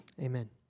amen